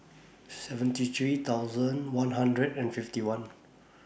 seventy three thousand one hundred and fifty one